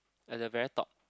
at the very top